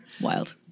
wild